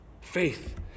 Faith